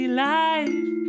life